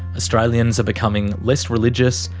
australians are becoming less religious,